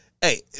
Hey